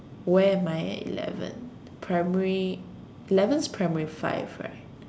where am I at eleven primary eleven is primary five right